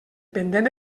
pendent